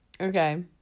okay